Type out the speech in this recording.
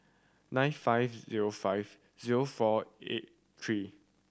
nine five zero five zero four eight three